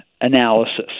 analysis